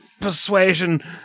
persuasion